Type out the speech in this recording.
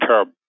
tub